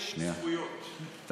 השר אמסלם, אנחנו רוצים זכויות, לא כסף.